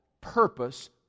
purpose